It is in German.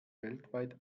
weltweit